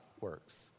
works